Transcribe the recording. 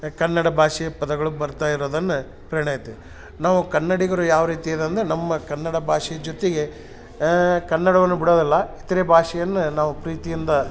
ಕನ್ನಡ ಭಾಷೆಯ ಪದಗಳು ಬರ್ತಾ ಇರೋದನ್ನ ಪ್ರೇರಣೆ ಐತಿ ನಾವು ಕನ್ನಡಿಗರು ಯಾವ ರೀತಿ ಇದಂದ್ರೆ ನಮ್ಮ ಕನ್ನಡ ಭಾಷೆ ಜೊತೆಗೆ ಕನ್ನಡವನ್ನು ಬಿಡೋದಿಲ್ಲ ಇತರೆ ಭಾಷೆಯನ್ನ ನಾವು ಪ್ರೀತಿಯಿಂದ